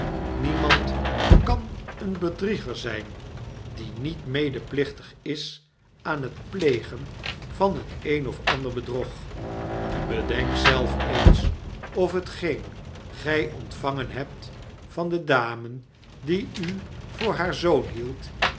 niemand kan een bedrieger zp die niet medeplichtig is aan het plegen van het een of ander bedrog bedenk zelf eens of hetgeen gij ontvangen hebt van de dame die u voor haar zoon hield